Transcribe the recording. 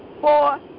four